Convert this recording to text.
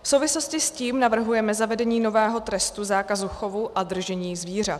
V souvislosti s tím navrhujeme zavedení nového trestu zákazu chovu a držení zvířat.